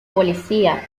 policía